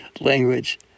language